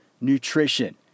Nutrition